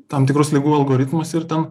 tam tikrus ligų algoritmus ir tam